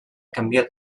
canvia